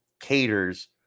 caters